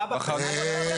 מה בחנו?